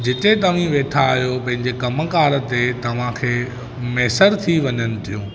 जिथे तव्हीं वेठा आहियो पंहिंजे कमु कार ते तव्हां मैसर थी वञनि थियूं